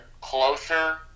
closer